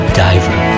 diver